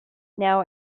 now